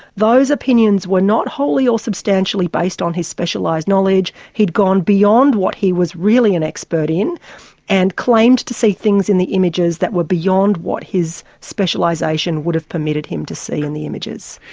those opinions were not wholly or substantially based on his specialised knowledge. he'd gone beyond what he was really an expert in and claimed to see things in the images that were beyond what his specialisation would have permitted him to see in the images.